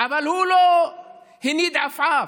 אבל הוא לא הניד עפעף,